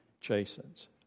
chastens